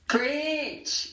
Preach